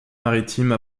maritime